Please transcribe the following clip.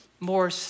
More